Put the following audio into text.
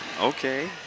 Okay